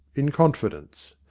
in confidence.